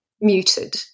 muted